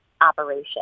operation